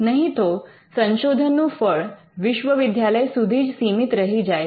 નહીં તો સંશોધનનું ફળ વિશ્વવિદ્યાલય સુધી જ સીમિત રહી જાય છે